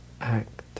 act